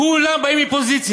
כולם באים מפוזיציה.